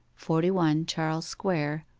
forty one charles square,